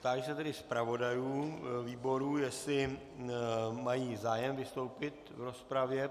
Táži se tedy zpravodajů výborů, jestli mají zájem vystoupit v rozpravě.